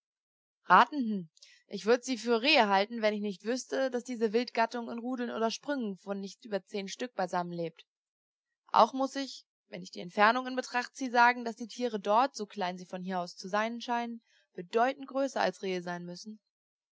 hm ich würde sie für rehe halten wenn ich nicht wüßte daß diese wildgattung in rudeln oder sprüngen von nicht über zehn stück beisammen lebt auch muß ich wenn ich die entfernung in betracht ziehe sagen daß die tiere dort so klein sie von hier aus zu sein scheinen bedeutend größer als rehe sein müssen